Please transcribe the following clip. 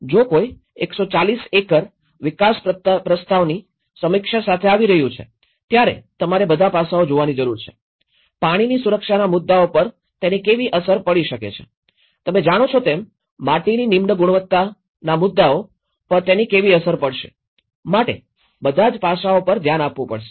જો કોઈ ૧૪૦ એકર વિકાસ પ્રસ્તાવની સમીક્ષા સાથે આવી રહ્યું છે ત્યારે તમારે બધા પાસાઓ જોવાની જરૂર છે પાણીની સુરક્ષાના મુદ્દાઓ પર તેની કેવી અસર પડી શકે છે તમે જાણો છો તેમ માટીની નિમ્ન ગુણવત્તાના મુદ્દાઓ પર તેની કેવી અસર પડશે માટે બધા જ પાસાંઓ પર ધ્યાન આપવું પડશે